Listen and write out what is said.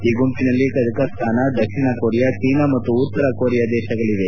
ಈ ಗುಂಪಿನಲ್ಲಿ ಕಜಕ್ಸ್ತಾನ ದಕ್ಷಿಣ ಕೊರಿಯಾ ಚೀನಾ ಮತ್ತು ಉತ್ತರ ಕೊರಿಯಾ ಇದೆ